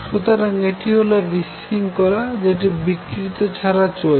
সুতরাং এটি হল বিশৃঙ্খলা যেটি বিকৃতি ছাড়া চলছে